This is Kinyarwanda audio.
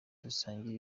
dusangire